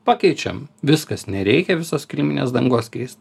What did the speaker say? pakeičiam viskas nereikia visos kiliminės dangos keist